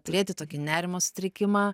turėti tokį nerimo sutrikimą